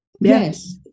yes